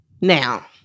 now